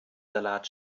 salat